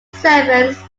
servants